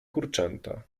kurczęta